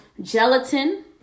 gelatin